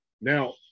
now